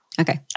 Okay